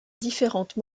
différentes